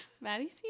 Maddie